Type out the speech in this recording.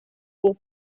pour